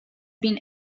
been